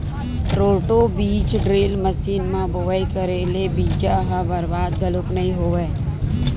roto बीज drill machine म बोवई करे ले बीजा ह बरबाद घलोक नइ होवय